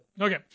Okay